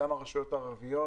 גם ברשויות הערביות